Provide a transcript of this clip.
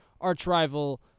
arch-rival